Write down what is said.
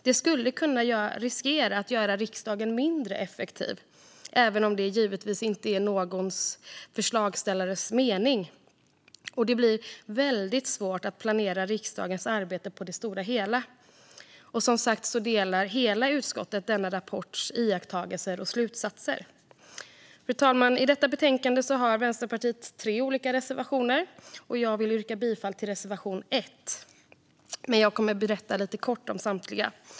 Det skulle kunna riskera att göra riksdagen mindre effektiv, även om det givetvis inte är någon förslagsställares avsikt. Risken är också att det blir svårt att planera riksdagens arbete på det stora hela. Hela utskottet instämmer som sagt i iakttagelserna och slutsatserna i denna rapport. Fru talman! I detta betänkande har Vänsterpartiet tre olika reservationer. Jag vill yrka bifall endast till reservation 1. Men jag kommer att berätta lite kort om samtliga.